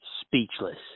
speechless